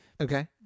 Okay